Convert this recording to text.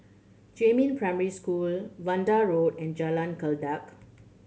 Jiemin Primary School Vanda Road and Jalan Kledek